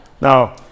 Now